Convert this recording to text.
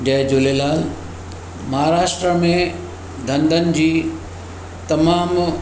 जय झूलेलाल महाराष्ट्र में धंधनि जी तमामु